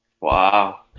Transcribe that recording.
Wow